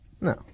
No